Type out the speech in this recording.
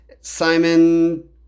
Simon